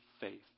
faith